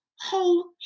whole